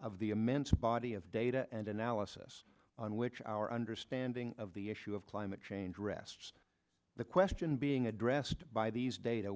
of the immense body of data and analysis on which our understanding of the issue of climate change rests the question being addressed by these da